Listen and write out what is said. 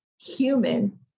human